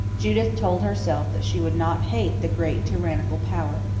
judith told herself that she would not hate the great tyrannical power.